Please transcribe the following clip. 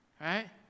right